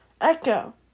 Echo